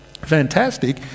fantastic